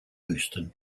houston